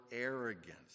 arrogance